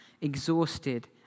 exhausted